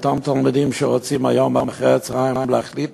אותם תלמידים שרוצים היום אחרי-הצהריים להחליט